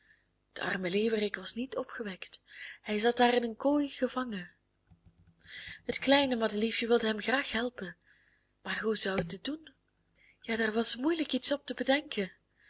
de arme leeuwerik was niet opgewekt hij zat daar in een kooi gevangen het kleine madeliefje wilde hem graag helpen maar hoe zou het dit doen ja daar was moeilijk iets op te bedenken